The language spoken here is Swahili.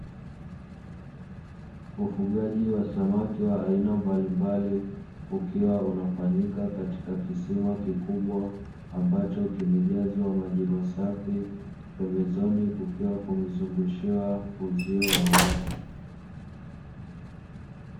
Ufugaji wa samaki wa aina mbalimbali, ukiwa unafanyika katika kisima kikubwa, ambacho kimejazwa maji masafi, pembezoni kukiwa kumezungushiwa uzio wa wavu.